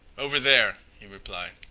over there, he replied.